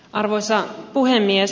arvoisa puhemies